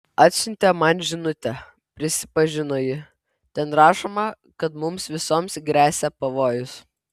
atsiuntė man žinutę prisipažino ji ten rašoma kad mums visoms gresia pavojus